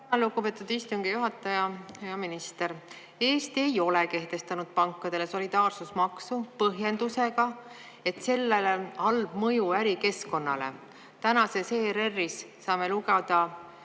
Lugupeetud istungi juhataja! Hea minister! Eesti ei ole kehtestanud pankadele solidaarsusmaksu põhjendusega, et sellel on halb mõju ärikeskkonnale. Täna saime ERR-i